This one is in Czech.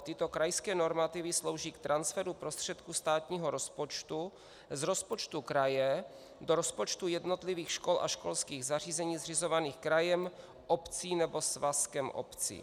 Tyto krajské normativy slouží k transferu prostředků státního rozpočtu z rozpočtu kraje do rozpočtu jednotlivých škol a školských zařízení zřizovaných krajem, obcí nebo svazkem obcí.